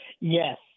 Yes